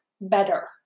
better